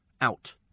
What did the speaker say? Out